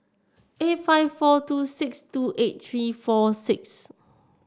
eight five four two six two eight three four six